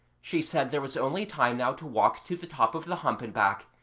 she said there was only time now to walk to the top of the hump and back,